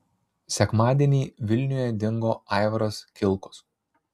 sekmadienį vilniuje dingo aivaras kilkus